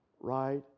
Right